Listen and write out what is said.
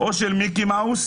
או של מיקי מאוס,